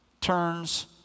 turns